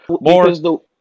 more